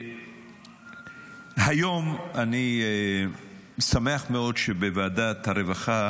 היום אני שמח מאוד שבוועדת הרווחה